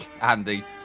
Andy